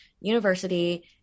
University